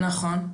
נכון.